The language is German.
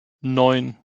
neun